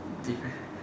different